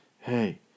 Hey